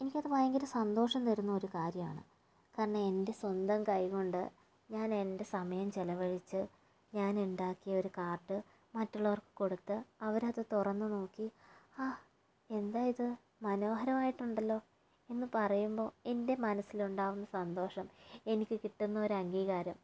എനിക്കത് ഭയങ്കര സന്തോഷം തരുന്നൊരു കാര്യമാണ് കാരണം എൻ്റെ സ്വന്തം കൈകൊണ്ട് ഞാനെൻ്റെ സമയം ചിലവഴിച്ച് ഞാനുണ്ടാക്കിയ ഒരു കാർഡ് മറ്റുള്ളവർക്ക് കൊടുത്ത അവരത് തുറന്നു നോക്കി ആഹ് എന്തായിത് മനോഹരമായിട്ടുണ്ടല്ലോ എന്ന് പറയുമ്പോൾ എൻ്റെ മനസിലുണ്ടാകുന്ന സന്തോഷം എനിക്ക് കിട്ടുന്നൊരു അംഗീകാരം